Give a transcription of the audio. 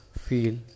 feel